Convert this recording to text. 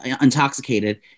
intoxicated